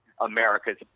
America's